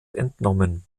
entnommen